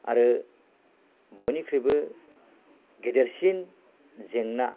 आरो बयनिख्रुइबो गेदेरसिन जेंना